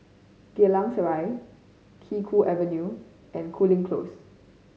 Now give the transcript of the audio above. Geylang Serai Kee Choe Avenue and Cooling Close